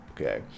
Okay